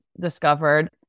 discovered